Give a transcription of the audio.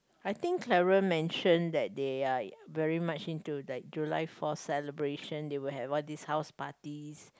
I think Clara mentioned that they are very much into the July fourth celebration they will have all these house parties